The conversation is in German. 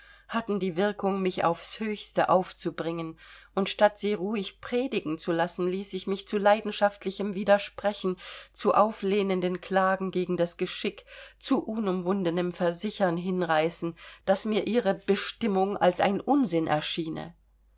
hatten die wirkung mich aufs höchste aufzubringen und statt sie ruhig predigen zu lassen ließ ich mich zu leidenschaftlichem widersprechen zu auflehnenden klagen gegen das geschick zu unumwundenem versichern hinreißen daß mir ihre bestimmung als ein unsinn erschiene